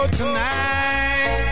tonight